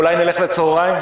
אולי נלך לאכול ארוחת צוהריים?